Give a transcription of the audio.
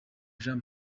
jean